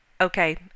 Okay